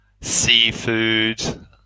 seafood